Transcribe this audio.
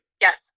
Yes